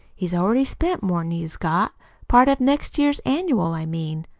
he's already spent more'n he's got part of next year's annual, i mean.